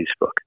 Facebook